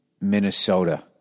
Minnesota